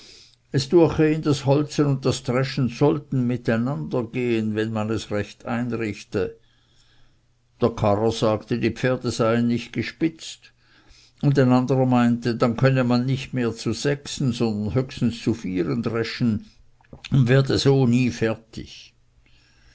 es düeche ihn das holzen und das dreschen sollten miteinander gehen wenn man es recht einrichte der karrer sagte die pferde seien nicht gespitzt und ein anderer meinte dann könne man nicht mehr zu sechsen sondern höchstens zu vieren dreschen und werde so nie fertig